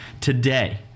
today